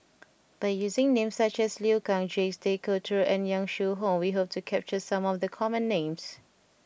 by using names such as Liu Kang Jacques De Coutre and Yong Shu Hoong we hope to capture some of the common names